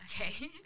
okay